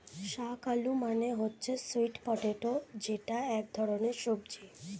শাক আলু মানে হচ্ছে স্যুইট পটেটো যেটা এক ধরনের সবজি